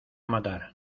matar